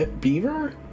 Beaver